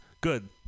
Good